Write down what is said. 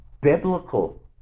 biblical